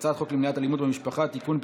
הצעת חוק למניעת אלימות במשפחה (תיקון,